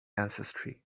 ancestry